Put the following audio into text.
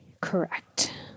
Correct